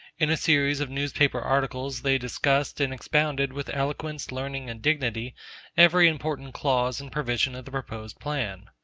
in a series of newspaper articles they discussed and expounded with eloquence, learning, and dignity every important clause and provision of the proposed plan.